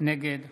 נגד